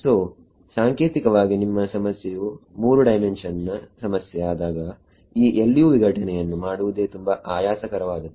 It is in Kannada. ಸೋ ಸಾಂಕೇತಿಕವಾಗಿ ನಿಮ್ಮ ಸಮಸ್ಯೆಯು 3 ಡೈಮೆನ್ಷನ್ ನ ಸಮಸ್ಯೆ ಆದಾಗ ಈ LU ವಿಘಟನೆಯನ್ನು ಮಾಡುವುದೇ ತುಂಬಾ ಆಯಾಸಕರವಾದದ್ದು